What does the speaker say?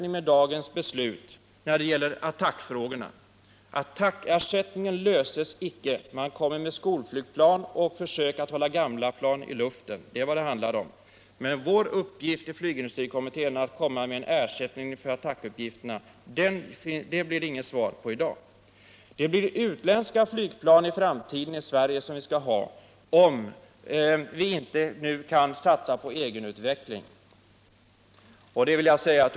Med dagens beslut åstadkommer vi ingen ersättning av attackflygplanen. Man föreslår skolflygplan och försök att hålla gamla plan i luften — det är vad det handlar om. Flygindustrikommitténs uppgift att föreslå ett ersättningsplan för attackuppgifterna löses inte i dag. Vi kommer i framtiden att ha utländska flygplan i Sverige, om vi inte nu kan satsa på egenutveckling.